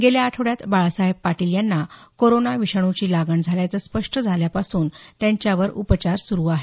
गेल्या आठवड्यात बाळासाहेब पाटील यांना कोरोना विषाणूची लागण झाल्याचं स्पष्ट झाल्यापासून त्यांच्यावर उपचार सुरू आहेत